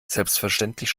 selbstverständlich